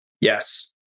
Yes